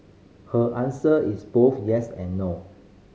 her answer is both yes and no